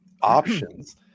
options